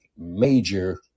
major